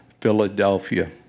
Philadelphia